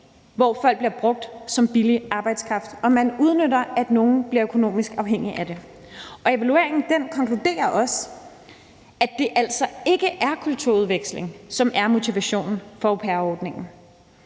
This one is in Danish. hvor folk bliver brugt som billig arbejdskraft, og at man udnytter, at nogen bliver økonomisk afhængige af det, og evalueringen konkluderer også, at det altså ikke er kulturudveksling, som er motivationen for au pair-ordningen.